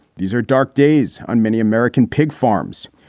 these are dark days on many american pig farms.